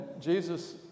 Jesus